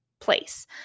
place